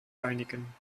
einigen